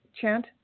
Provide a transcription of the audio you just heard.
chant